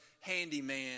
handyman